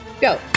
Go